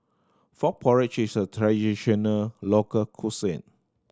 frog porridge is a traditional local cuisine